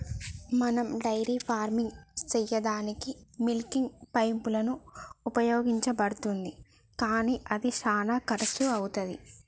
మనం dairy farming సెయ్యదానికీ milking pipeline ఉపయోగించబడుతుంది కానీ అది శానా కర్శు అవుతది